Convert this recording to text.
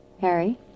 Harry